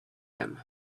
him